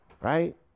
right